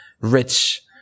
rich